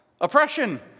oppression